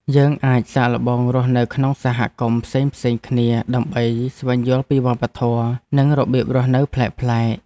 យើងអាចសាកល្បងរស់នៅក្នុងសហគមន៍ផ្សេងៗគ្នា ដើម្បីស្វែងយល់ពីវប្បធម៌ និងរបៀបរស់នៅប្លែកៗ។